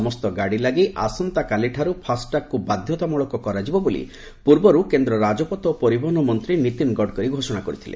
ସମସ୍ତ ଗାଡ଼ିଲାଗି ଆସନ୍ତାକାଲିଠାରୁ ଫାସ୍ଟାଗ୍କୁ ବାଧ୍ୟତାମୂଳକ କରାଯିବ ବୋଲି ପୂର୍ବରୁ କେନ୍ଦ୍ର ରାଜପଥ ଓ ପରିବହନ ମନ୍ତ୍ରୀ ନୀତିନ ଗଡ଼କରୀ ଘୋଷଣା କରିଥିଲେ